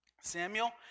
Samuel